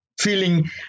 feeling